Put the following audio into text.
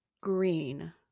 Green